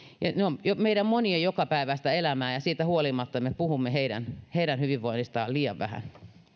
ja ne ovat meidän monien jokapäiväistä elämää ja siitä huolimatta me puhumme niiden hyvinvoinnista liian vähän